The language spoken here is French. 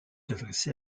adressée